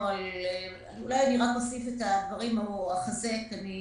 רק אחזק אני